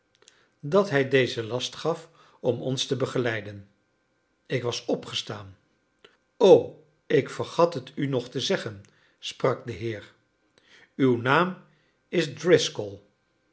dat hij dezen last gaf om ons te begeleiden ik was opgestaan o ik vergat het u nog te zeggen sprak de heer uw naam is